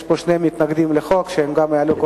יש פה שני מתנגדים לחוק, שיעלו גם הם.